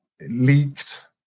leaked